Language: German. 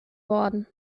worden